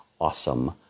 awesome